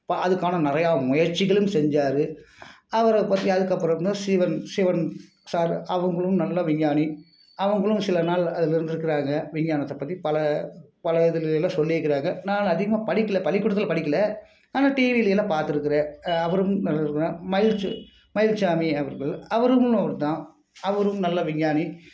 ப அதுக்கான நிறையா முயற்சிகளும் செஞ்சார் அவரைப் பற்றி அதுக்கப்பறம் சிவன் சிவன் சார் அவங்களும் நல்ல விஞ்ஞானி அவங்களும் சில நாள் அதில் இருந்திருக்குறாங்க விஞ்ஞானத்தப் பற்றி பல பல இதிலெல்லாம் சொல்லியிருக்குறாங்க நான் அதிகமாக படிக்கலை பள்ளிக்கூடத்தில் படிக்கலை ஆனால் டிவியில் எல்லாம் பார்த்துருக்குறேன் அவரும் நல்லவர்தான் மயில்ச மயில்சாமி அப்படிங்கிறவரு அவருக்கும் அவருந்தான் அவரும் நல்ல விஞ்ஞானி